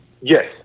Yes